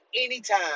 anytime